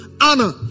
honor